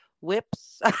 whips